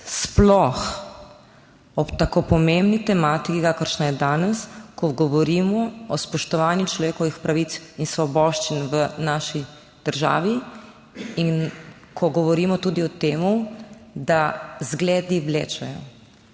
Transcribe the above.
sploh ob tako pomembni tematiki, kakršna je danes, ko govorimo o spoštovanju človekovih pravic in svoboščin v naši državi in ko govorimo tudi o tem, da zgledi vlečejo.